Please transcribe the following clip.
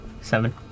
Seven